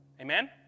Amen